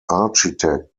architect